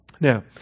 Now